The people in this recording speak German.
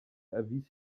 erwies